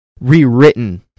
rewritten